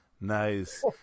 Nice